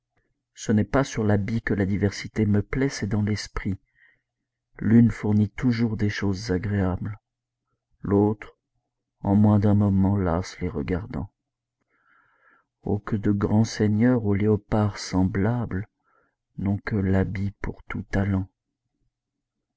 ce n'est pas sur l'habit que la diversité me plaît c'est dans l'esprit l'une fournit toujours des choses agréables l'autre en moins d'un moment lasse les regardants oh que de grands seigneurs au léopard semblables n'ont que l'habit pour tous talents